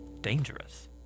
dangerous